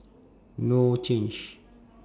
no change